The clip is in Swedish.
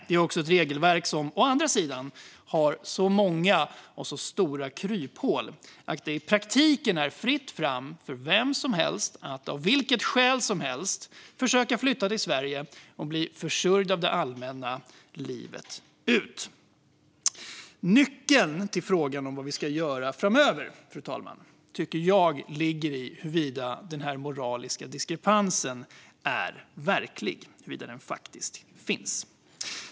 Det är också ett regelverk som å andra sidan har så många och så stora kryphål att det i praktiken är fritt fram för vem som helst att av vilket skäl som helst försöka flytta till Sverige och bli försörjd av det allmänna livet ut. Nyckeln till frågan om vad vi ska göra framöver, fru talman, tycker jag ligger i huruvida den här moraliska diskrepansen är verklig och faktiskt finns.